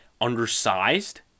undersized